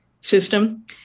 system